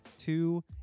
two